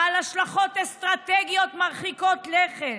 בעל השלכות אסטרטגיות מרחיקות לכת?